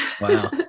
Wow